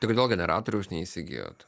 tai kodėl generatoriaus neįsigijot